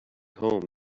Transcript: home